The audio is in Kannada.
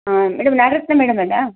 ಹಾಂ ಮೇಡಮ್ ನಾಗರತ್ನ ಮೇಡಮ್ ಅಲ್ವಾ